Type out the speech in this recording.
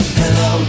hello